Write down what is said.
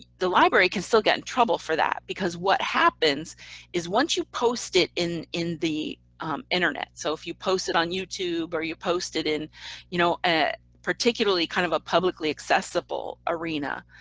the library can still get in trouble for that because what happens is once you post it in in the internet so if you post it on youtube or you post it in you know a particularly kind of a publicly accessible arena,